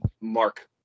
mark